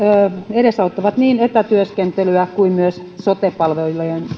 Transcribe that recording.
edesauttavat niin etätyöskentelyä kuin myös sote palvelujen